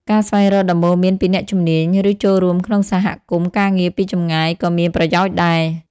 ការស្វែងរកដំបូន្មានពីអ្នកជំនាញ ឬចូលរួមក្នុងសហគមន៍ការងារពីចម្ងាយក៏មានប្រយោជន៍ដែរ។